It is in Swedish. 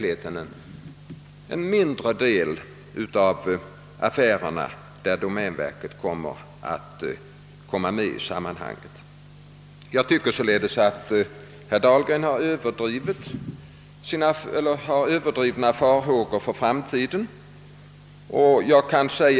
Herr Dahlgren hyser enligt min mening överdrivna farhågor för framti den.